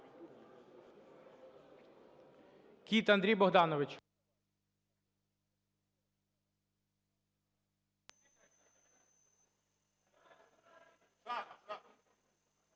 Кіт Андрій Богданович.